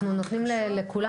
אנחנו נותנים לכולם.